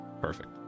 Perfect